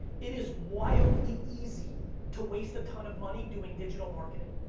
it is wildly easy to waste a ton of money doing digital marketing.